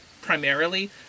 primarily